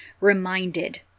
reminded